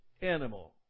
animal